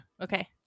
Okay